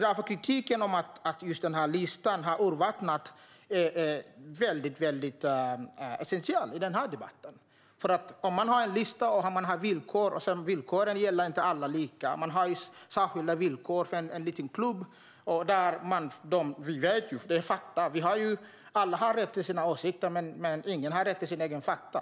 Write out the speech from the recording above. Därför är kritiken om att listan har urvattnats essentiell i debatten. Man har en lista och har villkor, men villkoren gäller sedan inte lika för alla, Man har särskilda villkor för en liten klubb. Vi alla har rätt till våra åsikter, men ingen har rätt till sina egna fakta.